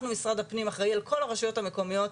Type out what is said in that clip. אנחנו משרד הפנים אחראי על כל הרשויות המקומיות.